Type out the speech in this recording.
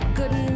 good